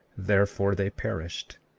therefore they perished.